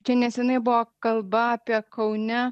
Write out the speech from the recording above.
čia neseniai buvo kalba apie kaune